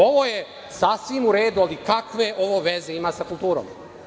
Ovo je sasvim u redu, ali kakve ovo veze ima sa kulturom?